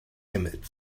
emmett